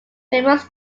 famous